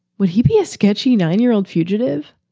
would he be a sketchy nine year old fugitive?